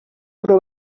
però